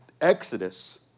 exodus